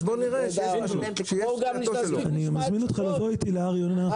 אז בוא נראה שיש --- אני מזמין אותך לבוא איתי להר יונה,